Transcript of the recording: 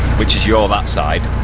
which is your that side,